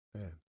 Man